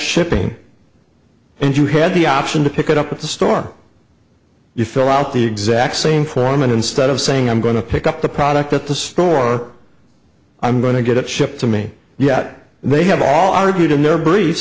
shipping and you had the option to pick it up at the store you fill out the exact same form and instead of saying i'm going to pick up the product at the store i'm going to get it shipped to me yet they have all argued in their br